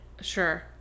Sure